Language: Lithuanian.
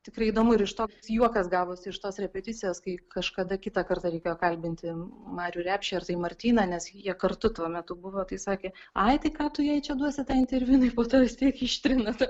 tikrai įdomu ir iš to juokas gavosi iš tos repeticijos kai kažkada kitą kartą reikėjo kalbinti marių repšį ar tai martyną nes jie kartu tuo metu buvo tai sakė ai tai ką tu jai čia duosi tą interviu jinai po to vis tiek ištrina tą